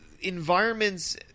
environments